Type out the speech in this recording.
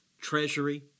treasury